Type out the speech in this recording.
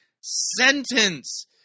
sentence